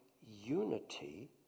unity